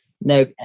No